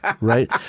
Right